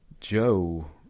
Joe